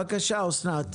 בבקשה, אסנת.